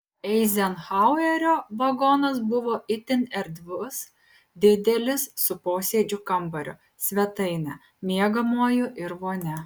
eizenhauerio vagonas buvo itin erdvus didelis su posėdžių kambariu svetaine miegamuoju ir vonia